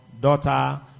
daughter